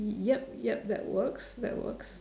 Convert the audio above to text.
yup yup that works that works